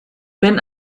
wenn